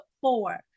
four